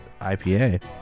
ipa